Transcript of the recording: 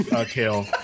kale